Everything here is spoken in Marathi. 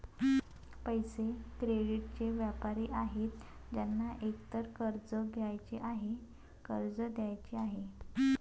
पैसे, क्रेडिटचे व्यापारी आहेत ज्यांना एकतर कर्ज घ्यायचे आहे, कर्ज द्यायचे आहे